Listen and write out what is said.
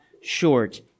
short